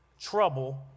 trouble